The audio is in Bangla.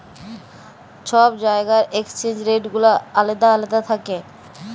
ছব জায়গার এক্সচেঞ্জ রেট গুলা আলেদা আলেদা থ্যাকে